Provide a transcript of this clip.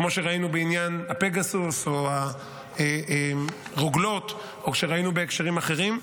כמו שראינו בעניין הפגסוס או הרוגלות או שראינו בהקשרים אחרים,